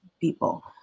people